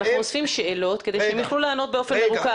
אנחנו אוספים שאלות כדי שהם יוכלו לענות באופן מרוכז,